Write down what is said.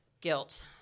Guilt